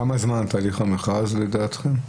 כמה זמן תהליך המכרז לדעתכם?